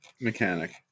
mechanic